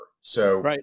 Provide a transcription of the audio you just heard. so-